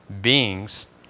beings